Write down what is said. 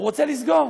הוא רוצה לסגור.